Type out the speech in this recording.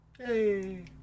Hey